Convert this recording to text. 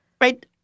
right